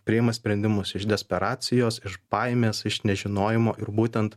priima sprendimus iš desperacijos iš baimės iš nežinojimo ir būtent